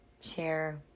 share